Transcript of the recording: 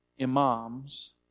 imams